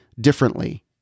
differently